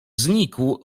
znikł